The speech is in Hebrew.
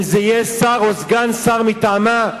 אם זה יהיה שר או סגן שר מטעמה.